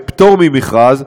בפטור ממכרז,